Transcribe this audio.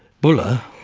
buller,